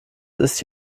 ist